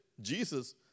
Jesus